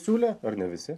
siūlė ar ne visi